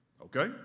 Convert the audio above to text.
Okay